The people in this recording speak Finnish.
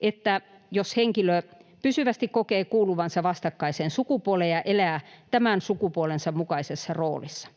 että henkilö pysyvästi kokee kuuluvansa vastakkaiseen sukupuoleen ja elää tämän sukupuolensa mukaisessa roolissa.